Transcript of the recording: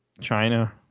china